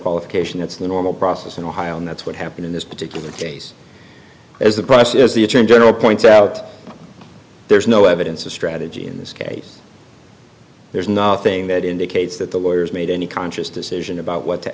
qualification that's the normal process in ohio and that's what happened in this particular days as the process the attorney general points out there's no evidence of strategy in this case there's nothing that indicates that the lawyers made any conscious decision about what to